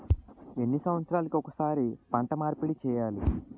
ఎన్ని సంవత్సరాలకి ఒక్కసారి పంట మార్పిడి చేయాలి?